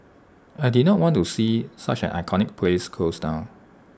I did not want to see such an iconic place close down